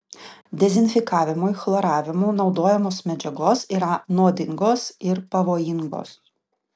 dezinfekavimui chloravimu naudojamos medžiagos yra nuodingos ir pavojingos